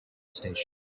station